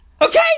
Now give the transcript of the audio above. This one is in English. Okay